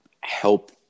help